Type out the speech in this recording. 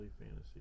Fantasy